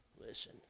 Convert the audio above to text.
Listen